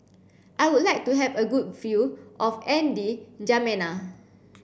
I would like to have a good view of N D jamena